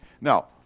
Now